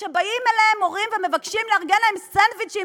שבאים אליהן הורים ומבקשים לארגן סנדוויצ'ים